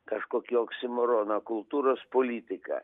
kažkokį oksimoroną kultūros politika